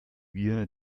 wir